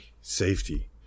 safety